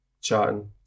chatting